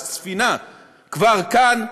הספינה כבר כאן,